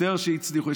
שהצליחו יותר,